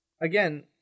again